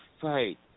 fight